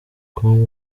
com